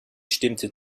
stimmte